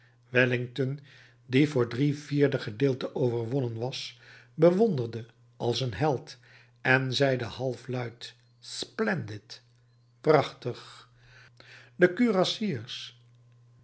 wellington die voor drie vierde gedeelte overwonnen was bewonderde als een held en zeide halfluid splendid prachtig de